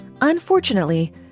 Unfortunately